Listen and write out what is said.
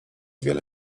wiele